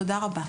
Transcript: תודה רבה.